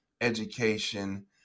education